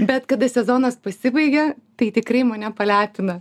bet kada sezonas pasibaigia tai tikrai mane palepina